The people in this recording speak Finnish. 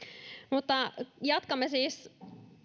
mutta jatkamme siis